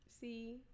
See